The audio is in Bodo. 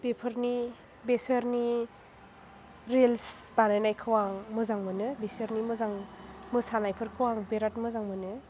बिफोरनि बेसोरनि रिल्स बानायनाइखौ आं मोजां मोनो बिसोरनि मोजां मोसानायफोरखौ आं बिराद मोजां मोनो